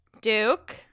Duke